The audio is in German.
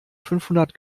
fünfhundert